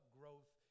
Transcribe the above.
growth